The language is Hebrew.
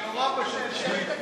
זו שיטת, ממשלת קדימה.